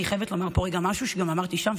אני חייבת לומר פה משהו שאמרתי גם שם,